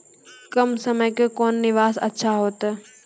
कम समय के कोंन निवेश अच्छा होइतै?